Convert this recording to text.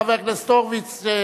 חבר הכנסת הורוביץ,